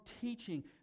teaching